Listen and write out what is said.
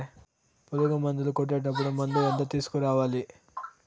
పులుగు మందులు కొట్టేటప్పుడు మందు ఎంత తీసుకురావాలి?